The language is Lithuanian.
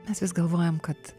mes vis galvojam kad